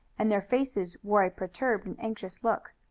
and their faces wore a perturbed and anxious look.